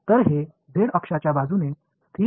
तर हे z अक्षाच्या बाजूने स्थिर आहे